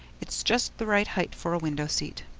it's just the right height for a window seat.